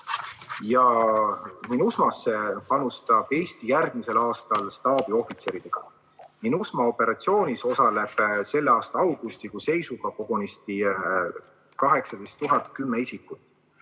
Ja MINUSMA‑sse panustab Eesti järgmisel aastal staabiohvitseridega. MINUSMA operatsioonis osaleb selle aasta augustikuu seisuga kogunisti 18 010 isikut.